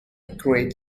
great